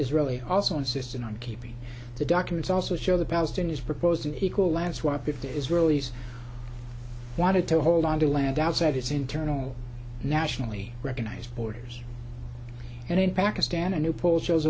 israeli also insisted on keeping the documents also show the palestinians proposed an equal land swap if the israelis wanted to hold on to land outside its internal nationally recognized borders and in pakistan a new poll shows